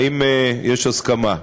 האם יש הסכמה?